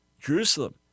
Jerusalem